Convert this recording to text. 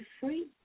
free